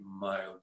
mild